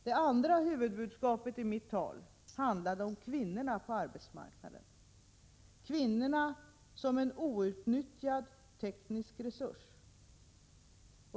Det andra huvudbudskapet i mitt tal handlade om kvinnorna på arbets marknaden — kvinnorna som en outnyttjad teknisk resurs.